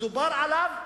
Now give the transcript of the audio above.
ודובר על זה,